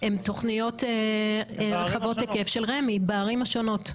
הן תוכניות רחבות היקף של רמ"י בערים השונות,